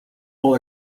all